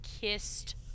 kissed